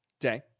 Day